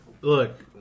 look